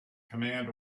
command